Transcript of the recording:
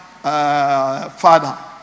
Father